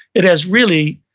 it has really,